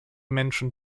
menschen